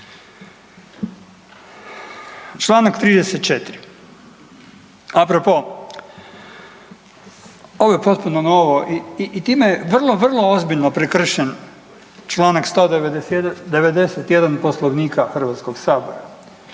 Članak 34. a propo, ovo je potpuno novo i time vrlo, vrlo ozbiljno prekršen članak 191. Poslovnika Hrvatskoga sabora,